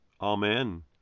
Amen